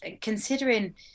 considering